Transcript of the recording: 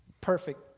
Perfect